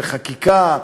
בחקיקה,